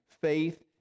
faith